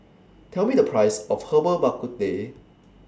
Tell Me The Price of Herbal Bak Ku Teh